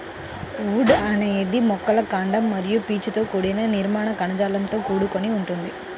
would అనేది మొక్కల కాండం మరియు పీచుతో కూడిన నిర్మాణ కణజాలంతో కూడుకొని ఉంటుంది